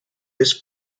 this